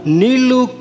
nilu